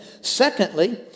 Secondly